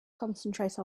concentrate